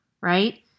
right